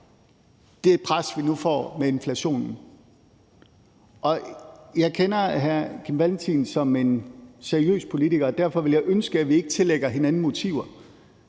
det pres, vi nu får med inflationen. Jeg kender hr. Kim Valentin som en seriøs politiker, og derfor ville jeg ønske, at vi ikke tillægger hinanden motiver.